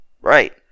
right